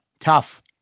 Tough